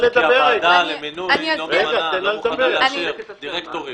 כי הוועדה למינוי לא מוכנה לאשר דירקטורים.